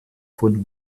von